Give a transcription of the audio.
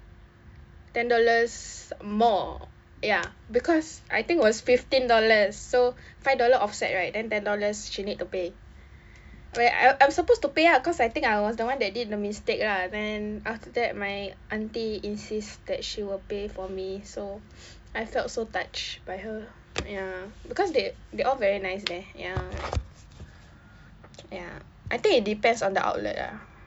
ten dollars more ya because I think was fifteen dollars so five dollar offset right and ten dollars she need to pay well I I was supposed to pay ah cause I think I was the one that did the mistake lah then after that my aunty insist that she will pay for me so I felt so touched by her ya because they they're all very nice there ya ya I think it depends on the outlet lah